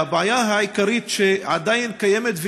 והבעיה העיקרית שעדיין קיימת,